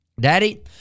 Daddy